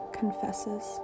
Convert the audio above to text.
confesses